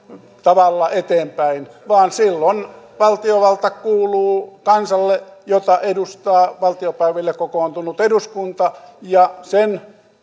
tavalla eteenpäin vaan silloin valtiovalta kuuluu kansalle jota edustaa valtiopäiville kokoontunut eduskunta ja sen